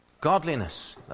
Godliness